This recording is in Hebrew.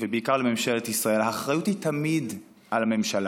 ובעיקר לממשלת ישראל: האחריות היא תמיד על הממשלה.